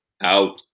Out